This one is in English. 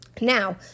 Now